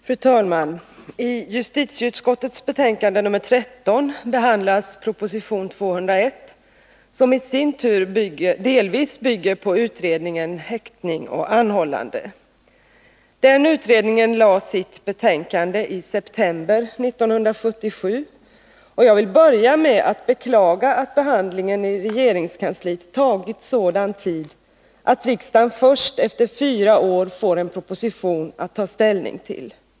Fru talman! I justitieutskottets betänkande nr 13 behandlas proposition 1980/81:201, som i sin tur delvis bygger på utredningen Häktning och anhållande. Den utredningen lade fram sitt betänkande i september 1977, och jag vill börja med att beklaga att behandlingen i regeringskansliet tagit sådan tid att riksdagen först efter fyra år får en proposition att ta ställning till.